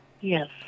Yes